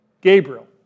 Gabriel